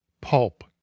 pulp